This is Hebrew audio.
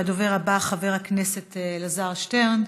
הדובר הבא, חבר הכנסת אלעזר שטרן,